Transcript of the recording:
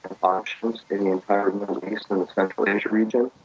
and um so the the entire middle east and the central asia region.